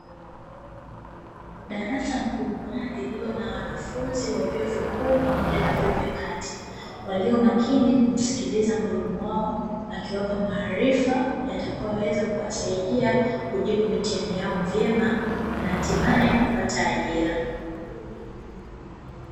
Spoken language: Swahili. Darasa kubwa, lililo na wanafunzi wa vyuo vikuu pamoja na vyuo vya kati, walio makini kumsikiliza mwalimu wao akiwapa maarifa yatakayoweza kuwasaidia kujibu mitiani yao vyema na hatimaye kupata ajira.